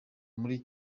muri